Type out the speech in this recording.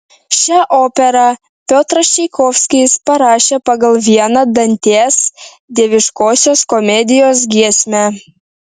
šią operą piotras čaikovskis parašė pagal vieną dantės dieviškosios komedijos giesmę